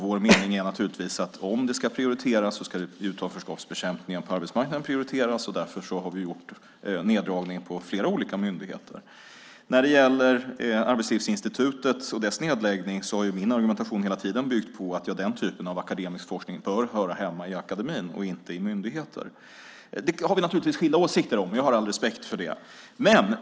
Vår mening är att om något ska prioriteras är det utanförskapsbekämpningen som ska prioriteras genom neddragning på flera olika myndigheter. När det gäller Arbetslivsinstitutets nedläggning har min argumentation hela tiden byggt på att den typen av akademisk forskning bör höra hemma i akademin och inte i myndigheter. Det har vi skilda åsikter om. Jag har all respekt för det.